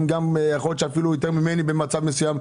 ויכול להיות שאפילו יותר ממני במצב מסוים.